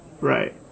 right